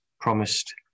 promised